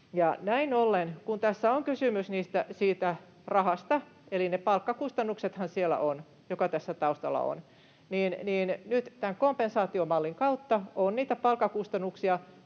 Näin ollen, kun tässä on kysymys rahasta, eli ne palkkakustannuksethan ovat se, joka tässä taustalla on, niin nyt tämän kompensaatiomallin kautta on niitä palkkakustannuksia